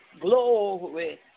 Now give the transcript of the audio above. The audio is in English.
glory